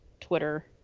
Twitter